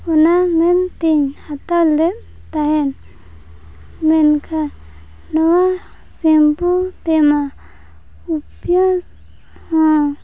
ᱚᱱᱟ ᱢᱮᱱᱛᱮᱧ ᱦᱟᱛᱟᱣ ᱞᱮᱫ ᱛᱟᱦᱮᱫ ᱢᱮᱱᱠᱷᱟᱱ ᱱᱚᱣᱟ ᱥᱮᱢᱯᱷᱩ ᱩᱯᱤᱭᱟᱸᱥ ᱦᱚᱸ